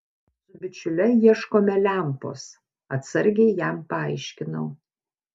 su bičiule ieškome lempos atsargiai jam paaiškinau